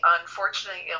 unfortunately